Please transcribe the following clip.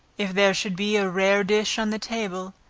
if there should be a rare dish on the table,